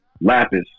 lapis